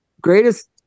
greatest